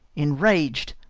enrag'd,